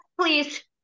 Please